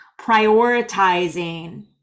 prioritizing